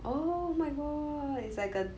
oh my god it's like a